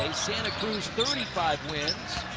santa cruz, thirty five wins,